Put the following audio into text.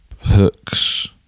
Hooks